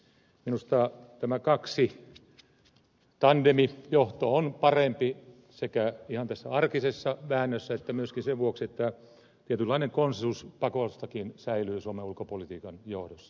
minusta tämä kahden johto tandemjohto on parempi sekä ihan tässä arkisessa väännössä että myöskin sen vuoksi että tietynlainen konsensus pakostakin säilyy suomen ulkopolitiikan johdossa